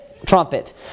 Trumpet